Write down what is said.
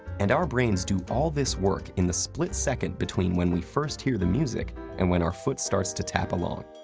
and our brains do all this work in the split second between when we first hear the music and when our foot starts to tap along.